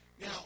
Now